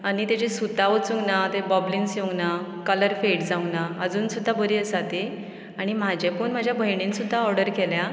आनी तेजें सुतां वचूंक ना ते बबल्गींस येवना कलर फेड जावंक ना अजून सुद्दां बरी आसा ती आनी म्हाजी पळोवन म्हाज्या भयणीन सुद्दां ऑर्डर केल्या